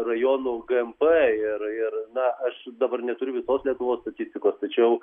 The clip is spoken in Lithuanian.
rajonų gmp ir ir na aš dabar neturiu visos lietuvos statistikos tačiau